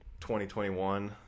2021